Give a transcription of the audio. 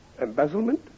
Embezzlement